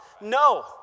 No